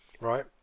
Right